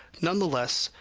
nonetheless,